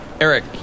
Eric